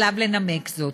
עליו לנמק זאת.